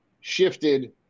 shifted